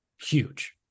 huge